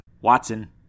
Watson